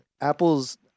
Apple's